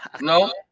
No